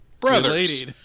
brothers